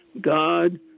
God